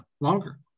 longer